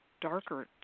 darker